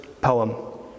poem